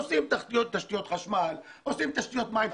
עושים תשתיות חשמל, עושים תשתיות מים.